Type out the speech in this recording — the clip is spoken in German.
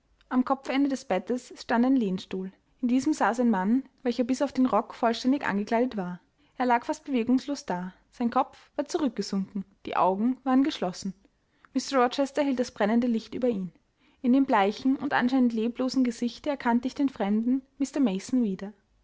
am kopfende des bettes stand ein lehnstuhl in diesem saß ein mann welcher bis auf den rock vollständig angekleidet war er lag fast bewegungslos da sein kopf war zurückgesunken die augen waren geschlossen mr rochester hielt das brennende licht über ihn in dem bleichen und anscheinend leblosen gesichte erkannte ich den fremden mr mason wieder